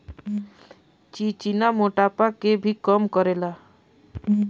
चिचिना मोटापा के भी कम करेला